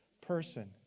person